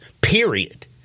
Period